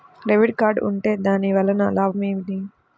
Debit card ఉంటే దాని వలన లాభం ఏమిటీ?